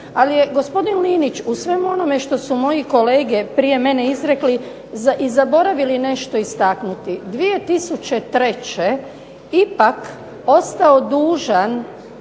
ali je gospodin Linić u svemu onome što su moji kolege prije mene izrekli i zaboravili nešto istaknuti, 2003. ipak ostao dužan